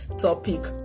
topic